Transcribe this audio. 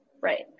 Right